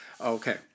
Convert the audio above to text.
Okay